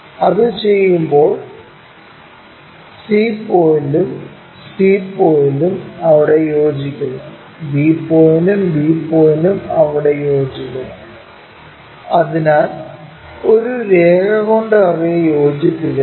അത് ചെയ്യുമ്പോൾ c പോയിന്റും c പോയിന്റും അവിടെ യോജിക്കുന്നു b പോയിന്റും b പോയിന്റും അവിടെ യോജിക്കുന്നു അതിനാൽ ഒരു രേഖ കൊണ്ട് അവയെ യോജിപ്പിക്കുന്നു